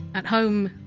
at home,